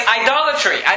idolatry